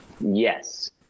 yes